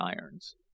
irons